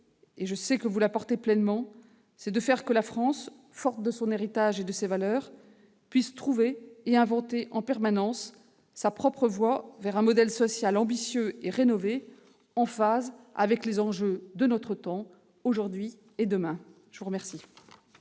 et je sais que vous la portez pleinement, c'est de faire en sorte que la France, forte de son héritage et de ses valeurs, puisse trouver et inventer en permanence sa propre voie vers un modèle social ambitieux et rénové, en phase avec les enjeux de notre temps, aujourd'hui comme demain. La parole